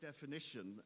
definition